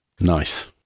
Nice